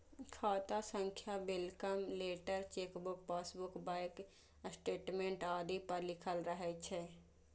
खाता संख्या welcome letter, chequebook, passbook, bank statement आदि पर लिखल रहै छै